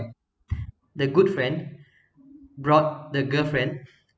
the good friend brought the girlfriend